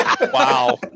Wow